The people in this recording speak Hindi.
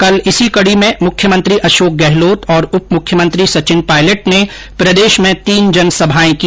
कल इसी कड़ी में मुख्यमंत्री अशोक गहलोत और उपमुख्यमंत्री सचिन पायलट ने प्रदेष में तीन जनसभाएं की